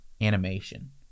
animation